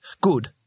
Good